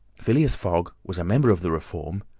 phileas fogg was a member of the reform,